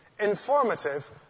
informative